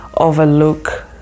overlook